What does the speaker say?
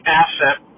asset